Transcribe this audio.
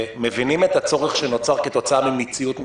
שמבינים את הצורך שנוצר כתוצאה ממציאות מתהווה,